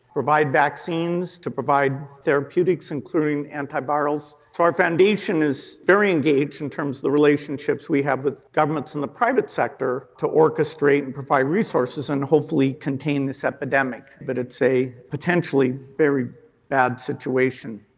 provide vaccines, to provide therapeutics including antivirals, so our foundation is very engaged in terms of the relationships we have with governments and the private sector to orchestrate and provide resources and hopefully contain this epidemic, but it's a potentially very bad situation.